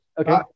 Okay